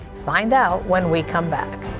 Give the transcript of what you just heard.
find out when we come back.